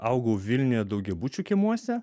augau vilniuje daugiabučių kiemuose